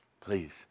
please